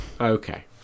Okay